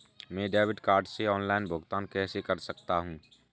मैं debit card से online भुगतान कैसे कर सकता हूँ?